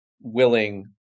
willing